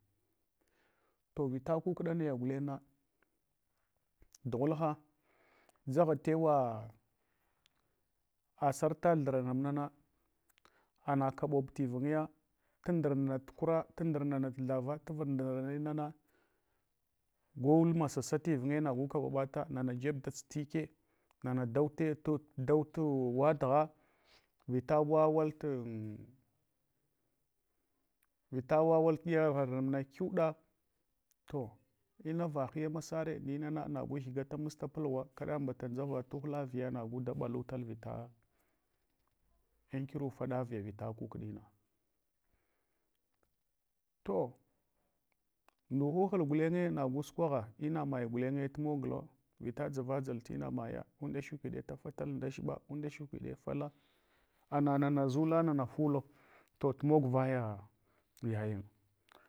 To vita kukda naya gulengna, dugulpha zagha tewa a serta thurana munana, ana kabeb tivingigu, tin ndurnana tu kura tin ndurna nat thava tin ndurnana inana gu masasat. Tivinge nagu kaɓaɓata, nana jeb dats-tike nana daute dau tuwadogha vita wawal vita wawal dyagorana muna kyuɗa to inava hiya maserre, ndinana nagu gygate masta pulgha kaɗa mbala dʒaga tughta viya nagu da ɓalutal vita an kirufada viya vila kukɗina. toh n nchuhuhul gulenye vita dʒavadʒal tina maya undashekavi ɗe, tafatal ndashiba undashkwaɗe faɗa ana nana suda nana fulo to tumog vaya yayin.